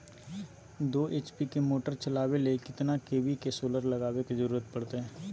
दो एच.पी के मोटर चलावे ले कितना के.वी के सोलर लगावे के जरूरत पड़ते?